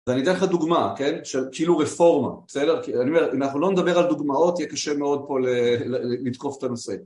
ואני אתן לך דוגמה, כן? של כאילו רפורמה, בסדר? כי אם אנחנו לא נדבר על דוגמאות יהיה קשה מאוד פה לתקוף את הנושא